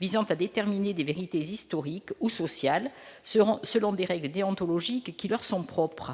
visant à déterminer des vérités historiques ou sociales seront selon des règles déontologiques qui leur sont propres,